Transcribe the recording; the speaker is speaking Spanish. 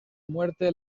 muerte